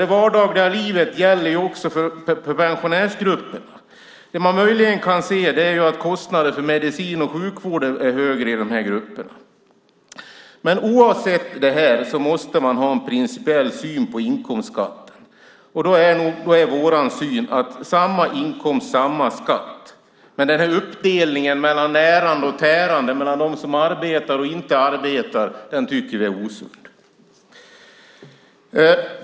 Det vardagliga livet gäller ju också för pensionärsgrupperna. Det man möjligen kan se är att kostnader för medicin och sjukvård är högre i de grupperna. Men oavsett det måste man ha en principiell syn på inkomstskatten. Vår syn är samma inkomst samma skatt. Uppdelningen mellan närande och tärande, mellan dem som arbetar och inte arbetar, tycker vi är osund.